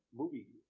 movie